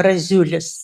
braziulis